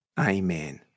Amen